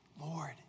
Lord